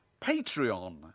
Patreon